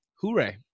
hooray